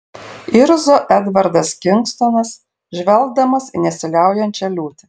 irzo edvardas kingstonas žvelgdamas į nesiliaujančią liūtį